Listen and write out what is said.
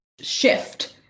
shift